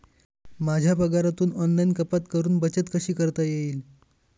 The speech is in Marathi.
माझ्या पगारातून ऑनलाइन कपात करुन बचत कशी करता येईल?